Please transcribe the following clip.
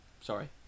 Sorry